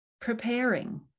preparing